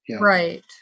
Right